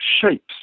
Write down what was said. shapes